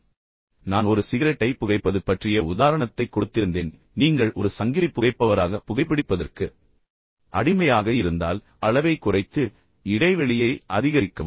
எனவே நான் ஒரு சிகரெட்டை புகைப்பது பற்றிய உதாரணத்தை கொடுத்திருந்தேன் நீங்கள் ஒரு சங்கிலி புகைப்பவராக புகைபிடிப்பதற்கு அடிமையாக இருந்தால் எனவே அளவைக் குறைத்து பின்னர் இடைவெளியை அதிகரிக்கவும்